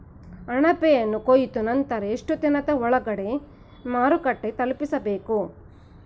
ಅಣಬೆಯನ್ನು ಕೊಯ್ದ ನಂತರ ಎಷ್ಟುದಿನದ ಒಳಗಡೆ ಮಾರುಕಟ್ಟೆ ತಲುಪಿಸಬೇಕು?